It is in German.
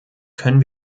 können